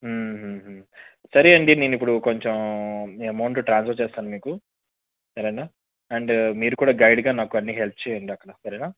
సరే అండి నేనిప్పుడు కొంచెం అమౌంట్ ట్రాన్సఫర్ చేస్తాను మీకు సరేనా అండ్ మీరు కూడా గైడ్గా నాకు అన్నీ హెల్ప్ చెయ్యండక్కడ సరేనా